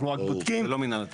זה לא מינהל התכנון.